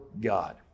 God